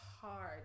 hard